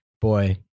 boy